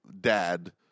dad